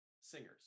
singers